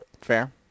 Fair